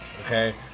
okay